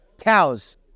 cows